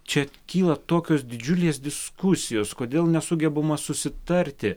čia kyla tokios didžiulės diskusijos kodėl nesugebama susitarti